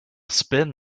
spend